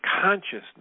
consciousness